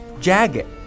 Jagged